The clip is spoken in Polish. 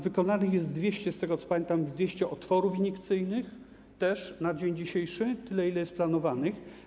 Wykonanych jest 200, z tego, co pamiętam, 200 otworów iniekcyjnych - też na dzień dzisiejszy - tyle, ile jest planowanych.